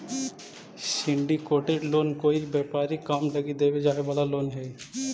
syndicated loan कोई व्यापारिक काम लगी देवे जाए वाला लोन हई